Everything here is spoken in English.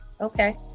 Okay